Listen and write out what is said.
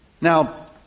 Now